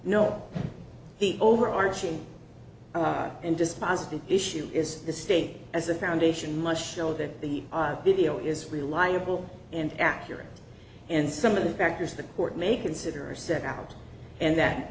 no the overarching and dispositive issue is the state as a foundation must show that the video is reliable and accurate and some of the factors the court may consider are set out and that